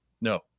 No